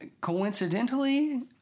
coincidentally